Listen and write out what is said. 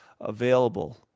available